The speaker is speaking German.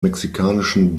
mexikanischen